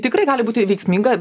tikrai gali būti veiksminga